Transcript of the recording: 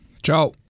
Ciao